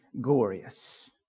glorious